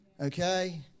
okay